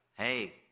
Hey